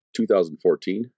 2014